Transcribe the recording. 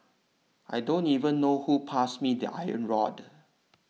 I don't even know who passed me the iron rod